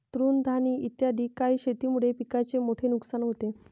तृणधानी इत्यादी काही शेतीमुळे पिकाचे मोठे नुकसान होते